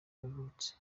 yavutse